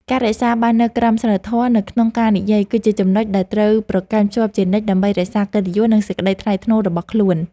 ការរក្សាបាននូវក្រមសីលធម៌នៅក្នុងការនិយាយគឺជាចំណុចដែលត្រូវប្រកាន់ខ្ជាប់ជានិច្ចដើម្បីរក្សាកិត្តិយស និងសេចក្តីថ្លៃថ្នូររបស់ខ្លួន។